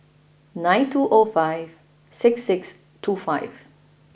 nine two O five six six two five